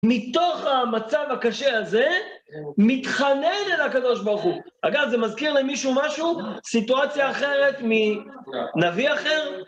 מתוך המצב הקשה הזה, מתחנן אל הקדוש ברוך הוא. אגב, זה מזכיר למישהו משהו? סיטואציה אחרת מנביא אחר?